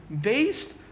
Based